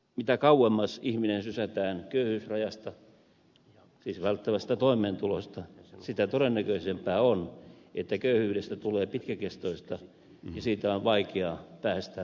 mitä kauemmas ihminen sysätään köyhyysrajasta siis välttävästä toimeentulosta sitä todennäköisempää on että köyhyydestä tulee pitkäkestoista ja siitä on vaikeaa päästä pois